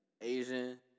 Asian